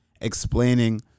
explaining